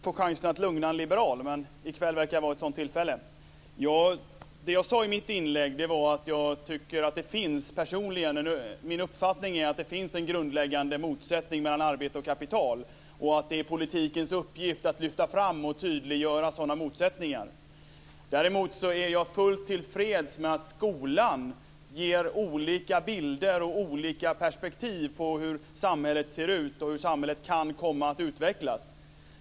Fru talman! Det är inte ofta jag får chansen att lugna en liberal, men i kväll verkar vara ett sådant tillfälle. Det jag sade i mitt inlägg var att jag personligen har uppfattningen att det finns en grundläggande motsättning mellan arbete och kapital och att det är politikens uppgift att lyfta fram och tydliggöra sådana motsättningar. Däremot är jag fullt till freds med att skolan ger olika bilder och olika perspektiv på hur samhället ser ut och hur samhället kan komma att utvecklas.